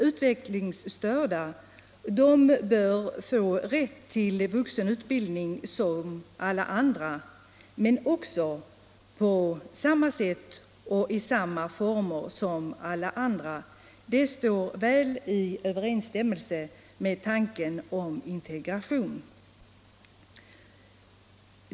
Utvecklingsstörda bör få rätt till vuxenutbildning som alla andra, men också på samma sätt och i samma former som alla andra. Det står väl i överensstämmelse med tanken på integration.